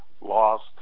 lost